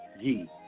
ye